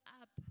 up